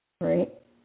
right